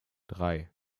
drei